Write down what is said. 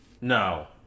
No